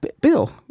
Bill